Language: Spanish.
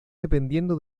dependiendo